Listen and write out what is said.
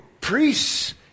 priests